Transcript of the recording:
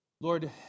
Lord